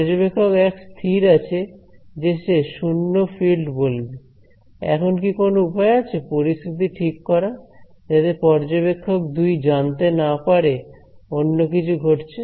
পর্যবেক্ষক 1 স্থির আছে যে সে 0 ফিল্ড বলবে এখন কি কোন উপায় আছে পরিস্থিতি ঠিক করার যাতে পর্যবেক্ষক 2 জানতে না পারে অন্য কিছু ঘটেছে